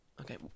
Okay